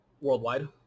worldwide